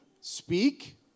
speak